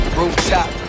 rooftop